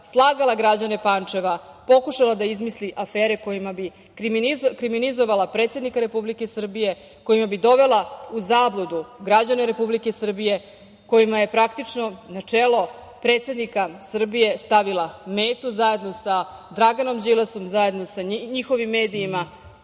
slagala građane Pančeva, pokušala da izmisli afere kojima bi kriminizovala predsednika Republike Srbije, kojima bi dovela u zabludu građane Republike Srbije kojima je praktično na čelo predsednika Srbije stavila metu zajedno sa Draganom Đilasom, zajedno sa njihovim medijima? Mislim